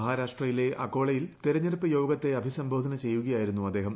മഹാരാഷ്ട്രയിലെ അകോളയിൽ തെരഞ്ഞെടുപ്പ് യോഗത്തെ അഭിസംബോധന ചെയ്യുകയായിരുന്നു അദ്ദേഹം